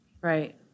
right